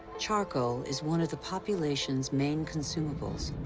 charcoal is one of the population's main consumables.